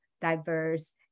diverse